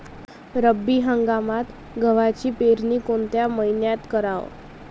रब्बी हंगामात गव्हाची पेरनी कोनत्या मईन्यात कराव?